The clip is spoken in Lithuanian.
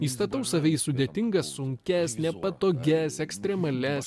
įstatau save į sudėtingas sunkias nepatogias ekstremalias